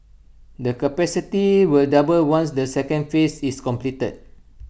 the capacity will double once the second phase is complete